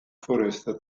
foresta